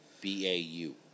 B-A-U